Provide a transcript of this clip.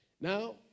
Now